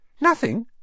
Nothing